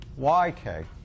yk